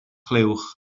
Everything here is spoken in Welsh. clywch